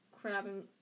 crabbing